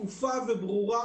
שקופה וברורה